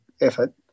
effort